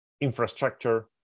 infrastructure